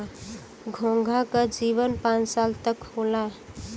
घोंघा क जीवन पांच साल तक क होला